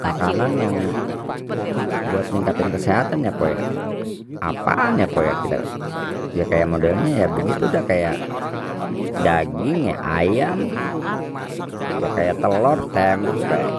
Makanan yang buat ningkati kesehatan ya pok ya, apaan ya pok ya kita ya kayak model ni ya begitu dah kayak daging ya ayam ya kayak telor tempe